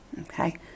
Okay